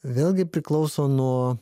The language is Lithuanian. vėlgi priklauso nuo